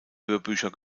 hörbücher